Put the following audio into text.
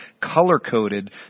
color-coded